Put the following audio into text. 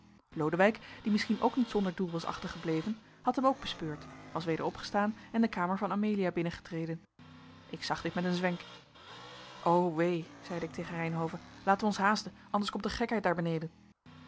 lodewijk die misschien ook niet zonder doel was achtergebleven had hem ook bespeurd was weder opgestaan en de kamer van amelia binnengetreden ik zag dit met een zwenk o wee zeide ik tegen reynhove laten wij ons haasten anders komt er gekheid daar beneden